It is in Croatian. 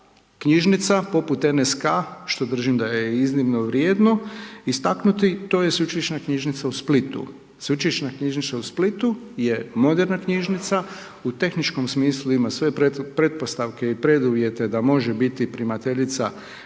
knjižnica poput NSK što držim da je i iznimno vrijedno istaknuti to je Sveučilišna knjižnica u Splitu, Sveučilišna knjižnica u Splitu je moderna knjižnica, u tehničkom smislu ima sve pretpostavke i preduvjete da može biti primateljica